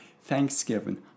Thanksgiving